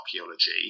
archaeology